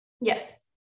Yes